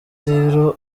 rero